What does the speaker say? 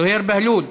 זוהיר בהלול,